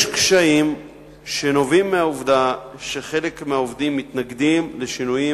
יש קשיים שנובעים מהעובדה שחלק מהעובדים מתנגדים לשינויים